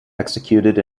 executed